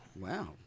Wow